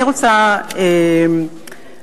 אני רוצה לדבר,